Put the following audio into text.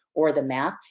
or the math.